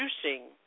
producing